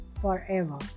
forever